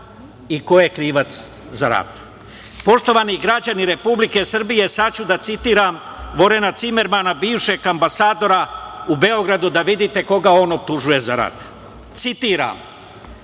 i ko je krivac za rat? Poštovani građani Republike Srbije sad ću da citiram Vorena Cimermana, bivšeg ambasadora u Beogradu da vidite koga on optužuje za rat. Citiram